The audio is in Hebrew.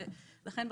לכן,